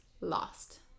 lost